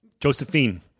Josephine